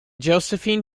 josephine